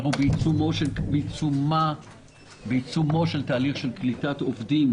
אנחנו בעיצומו של תהליך של קליטת עובדים